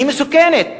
היא מסוכנת.